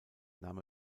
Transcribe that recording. nahm